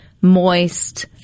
moist